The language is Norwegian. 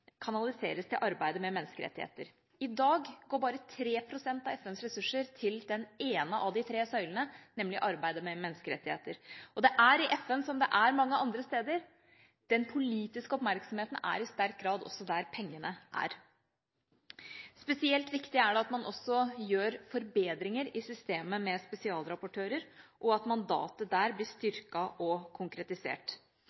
kanaliseres til arbeidet med menneskerettigheter. I dag går bare 3 pst. av FNs ressurser til den ene av de tre søylene, nemlig arbeidet med menneskerettigheter. Det er i FN som det er mange andre steder: Den politiske oppmerksomheten er i sterk grad også der pengene er. Spesielt viktig er det at man også gjør forbedringer i systemet med spesialrapportører, og at mandatet der blir